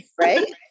right